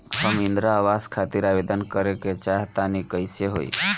हम इंद्रा आवास खातिर आवेदन करे क चाहऽ तनि कइसे होई?